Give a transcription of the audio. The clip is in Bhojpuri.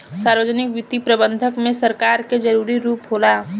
सार्वजनिक वित्तीय प्रबंधन में सरकार के जरूरी रूप होला